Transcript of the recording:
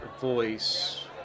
voice